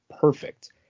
perfect